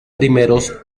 primeros